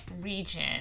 region